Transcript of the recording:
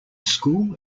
school